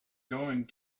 going